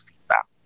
feedback